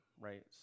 right